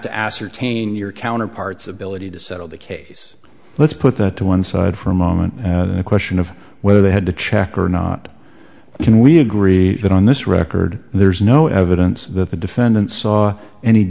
to ascertain your counterparts ability to settle the case let's put that to one side for a moment and the question of whether they had to check or not can we agree that on this record there is no evidence that the defendant saw any